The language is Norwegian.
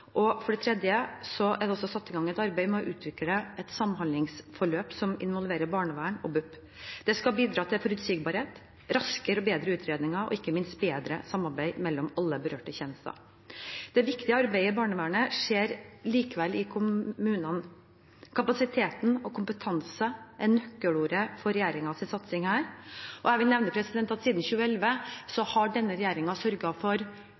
For det tredje er det satt i gang et arbeid med å utvikle et samhandlingsforløp som involverer barnevern og BUP. Det skal bidra til forutsigbarhet, raskere og bedre utredninger og ikke minst bedre samarbeid mellom alle berørte tjenester. Det viktigste arbeidet i barnevernet skjer likevel i kommunene. Kapasitet og kompetanse er nøkkelord for regjeringens satsing her, og jeg vil nevne at siden 2011 har denne regjeringen sørget for